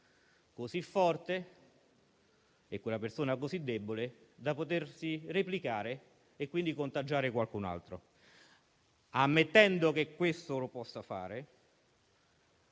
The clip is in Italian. così forte e quella persona così debole da potersi replicare e quindi contagiare qualcun'altro. Ammettendo che possa accadere